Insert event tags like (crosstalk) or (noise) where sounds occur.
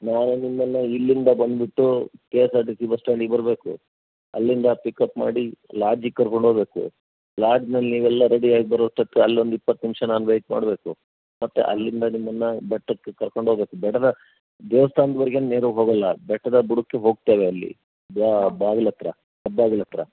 ನಾನು ನಿಮ್ಮನ್ನ ಇಲ್ಲಿಂದ ಬಂದ್ಬಿಟ್ಟೂ K S R T C bus ಸ್ಟ್ಯಾಂಡಗೆ ಬರಬೇಕು ಅಲ್ಲಿಂದ ಪಿಕ್ ಅಪ್ ಮಾಡಿ ಲಾಡ್ಜಿಗೆ ಕರ್ಕೊಂಡು ಹೋಗ್ಬೇಕು ಲಾಡ್ಜ್ನಲ್ಲಿ ನೀವೆಲ್ಲ ರೆಡಿಯಾಗಿ ಬರೋ ಅಷ್ಟೊತ್ಗೆ ಅಲ್ಲೊಂದು ಇಪ್ಪತ್ತು ನಿಮಿಷ ನಾನು ವೇಯ್ಟ್ ಮಾಡಬೇಕು ಮತ್ತೆ ಅಲ್ಲಿಂದ ನಿಮ್ಮನ್ನ ಬೆಟ್ಟಕ್ಕೆ ಕರ್ಕೊಂಡು ಹೋಗ್ಬೇಕು ಬೆಟ್ಟದ ದೇವಸ್ಥಾನ್ವರೆಗೆ (unintelligible) ಹೋಗಲ್ಲ ಬೆಟ್ಟದ ಬುಡುಕ್ಕೆ ಹೋಗ್ತೇವೆ ಅಲ್ಲಿ ಬಾಗಿಲ ಹತ್ರ ಹೆಬ್ಬಾಗಿಲ ಹತ್ರ